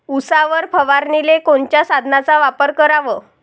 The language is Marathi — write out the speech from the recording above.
उसावर फवारनीले कोनच्या साधनाचा वापर कराव?